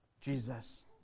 Jesus